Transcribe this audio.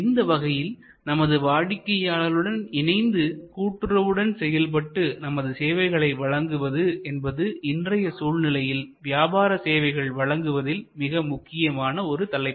இந்த வகையில் நமது வாடிக்கையாளருடன் இணைந்து கூட்டுறவுடன் செயல்பட்டு நமது சேவைகளை வழங்குவது என்பது இன்றைய சூழ்நிலையில் வியாபார சேவைகள் வழங்குவதில் மிக முக்கியமான ஒரு தலைப்பு